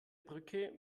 brücke